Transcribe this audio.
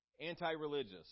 anti-religious